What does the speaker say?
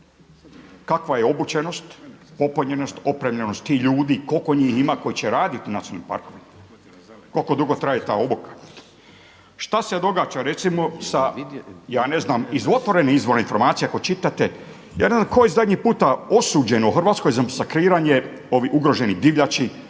kakva je obučenost, popunjenost, opremljenost tih ljudi, koliko njih ima koji će raditi u nacionalnim parkovima? Koliko dugo traje ta obuka. Šta se događa recimo sa ja ne znam iz otvorenih izvora informacija koje čitate? Ja ne znam tko je zadnji puta osuđen u Hrvatskoj za masakriranje ovih ugroženih divljači,